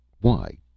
Why